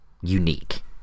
unique